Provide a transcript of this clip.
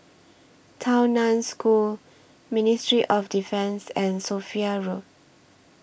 Tao NAN School Ministry of Defence and Sophia Road